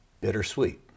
bittersweet